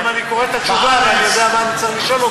כי אני קורא את התשובה ואני יודע מה אני צריך לשאול אותך.